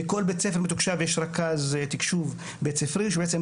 בכל בית ספר מתוקשב יש רכז תקשוב בית-ספרי שהוא בעצם